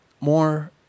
more